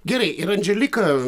gerai ir andželika